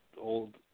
Old